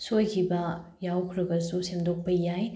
ꯁꯣꯏꯈꯤꯕ ꯌꯥꯎꯈ꯭ꯔꯕꯁꯨ ꯁꯦꯝꯗꯣꯛꯄ ꯌꯥꯏ